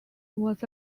was